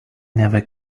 never